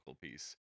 piece